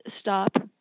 stop